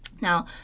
Now